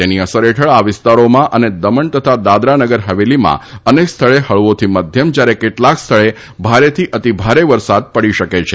તેની અસર હેઠળ આ વિસ્તારોમાં અને દમણ તથા દાદરાનગર હવેલીમાં અનેક સ્થળે હળવાથી મધ્યમ જ્યારે કેટલાંક સ્થળે ભારેથી અતિ ભારે વરસાદ પડી શકે છે